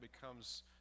becomes